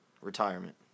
Retirement